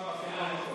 לוועדת החינוך,